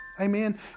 Amen